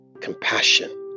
compassion